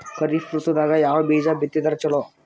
ಖರೀಫ್ ಋತದಾಗ ಯಾವ ಬೀಜ ಬಿತ್ತದರ ಚಲೋ?